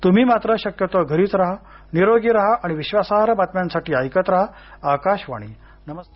तूम्ही मात्र शक्यतो घरीच राहा निरोगी राहा आणि विश्वासार्ह बातम्यांसाठी ऐकत राहा आकाशवाणी नमस्कार